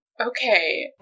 Okay